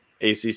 ACC